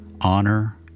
honor